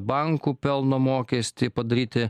bankų pelno mokestį padaryti